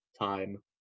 time